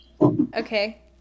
Okay